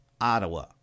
Ottawa